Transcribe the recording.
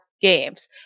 Games